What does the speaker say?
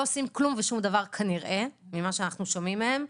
עושים כלום ושום דבר ממה שאנחנו שומעים מהם,